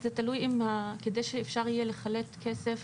זה תלוי, כדי שאפשר יהיה לחלט כסף